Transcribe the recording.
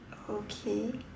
okay